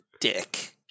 dick